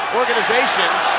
organizations